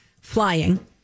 flying